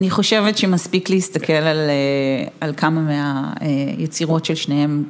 אני חושבת שמספיק להסתכל על כמה מהיצירות של שניהם.